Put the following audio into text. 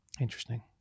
Interesting